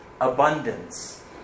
abundance